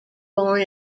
born